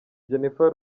jennifer